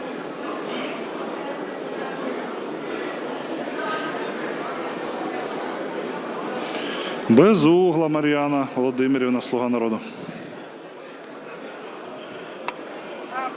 Безугла Мар'яна Володимирівна, "Слуга народу".